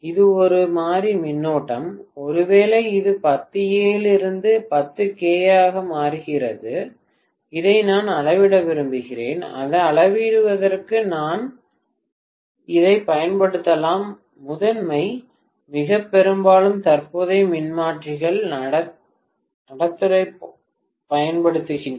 இது ஒரு மாறி மின்னோட்டம் ஒருவேளை இது 10 A இலிருந்து 10 kA ஆக மாறுகிறது இதை நான் அளவிட விரும்புகிறேன் இதை அளவிடுவதற்கு இதை நான் பயன்படுத்தலாம் முதன்மை மிக பெரும்பாலும் தற்போதைய மின்மாற்றிகள் நடத்துனரைப் பயன்படுத்துகின்றன